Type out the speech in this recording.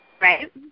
right